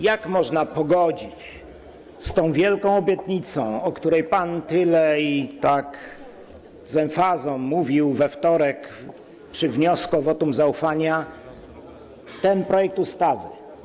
Jak można pogodzić z tą wielką obietnicą, o której pan tyle i z taką z emfazą mówił we wtorek przy wniosku o wotum zaufania, ten projekt ustawy?